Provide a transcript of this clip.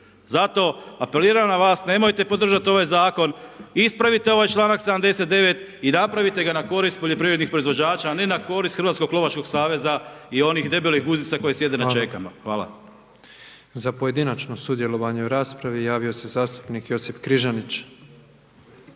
Zato, apeliram na vas, nemojte podržati ovaj zakon, ispravite ovaj čl. 79. i napravite ga na korist poljoprivrednih proizvođača, a ne na korist Hrvatskog lovačkog saveza i onih debelih guzica koji sjede na čekama. **Petrov, Božo (MOST)** Hvala. Za pojedinačno sudjelovanje u raspravi javio se zastupnik Josip Križanić.